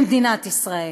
במדינת ישראל.